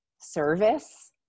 service